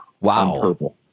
Wow